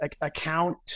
account